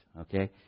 Okay